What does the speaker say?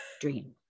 dream